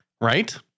right